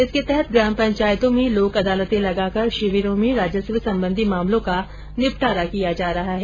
इसके तहत ग्राम पंचायतों में लोक अदालतें लगाकर शिविरों में राजस्व संबंधी मामलों का निपटारा किया जा रहा है